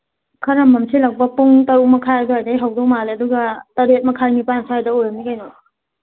ꯈꯔ ꯃꯝꯁꯤꯜꯂꯛꯄ ꯄꯨꯡ ꯇꯔꯨꯛ ꯃꯈꯥꯏ ꯑꯗꯨꯋꯥꯏꯗꯒꯤ ꯍꯧꯒꯗꯧ ꯃꯥꯜꯂꯦ ꯑꯗꯨꯒ ꯇꯔꯦꯠ ꯃꯈꯥꯏ ꯅꯤꯄꯥꯟ ꯁ꯭ꯋꯥꯏꯗ ꯑꯣꯏꯔꯅꯤ ꯀꯩꯅꯣ